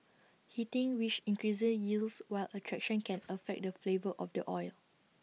heating which increases yields while extraction can affect the flavour of the oil